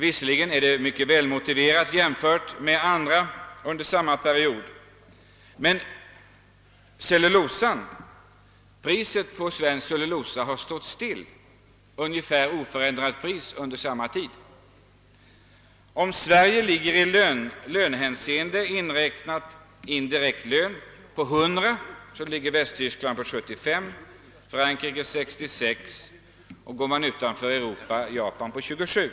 Visserligen har den ökningen varit mycket välmotiverad jämfört med arbetslönerna för andra grupper, men priset på svensk cellulosa har under samma period varit oförändrat. Om siffran för Sverige i lönehänseende inräknat indirekt lön anges till 100, är motsvarande siffra för Västtyskland 75, Frankrike 66 och, om man går utanför Europa, Japan 27.